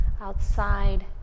outside